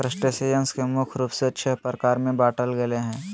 crustaceans के मुख्य रूप से छः प्रकार में बांटल गेले हें